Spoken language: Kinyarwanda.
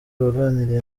waganiriye